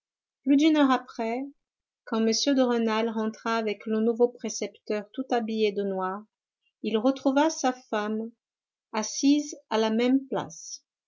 plus d'une heure après quand m de rênal rentra avec le nouveau précepteur tout habillé de noir il retrouva sa femme assise à la même place